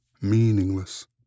meaningless